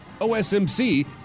OSMC